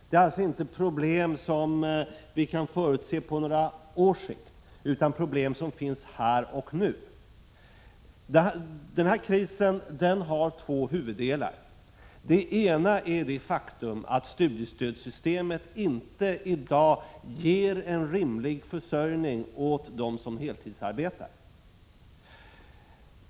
Det är alltså inte fråga om problem som vi kan förutse på några års sikt utan problem som finns här och nu. Krisen har två huvuddelar. Den ena huvuddelen är det faktum att studiemedelssystemet i dag inte ger en rimlig försörjning åt dem som heltidsstuderar.